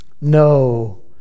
No